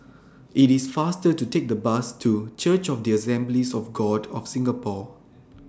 IT IS faster to Take The Bus to Church of The Assemblies of God of Singapore